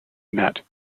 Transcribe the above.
met